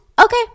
Okay